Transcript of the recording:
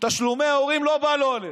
תשלומי הורים, לא בא לו עליהם,